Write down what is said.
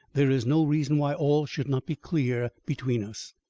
there is no reason why all should not be clear between us.